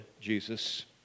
Jesus